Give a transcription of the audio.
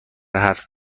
حرف